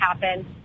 happen